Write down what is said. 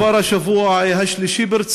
זה כבר, זהו, זה כבר השבוע השלישי ברציפות.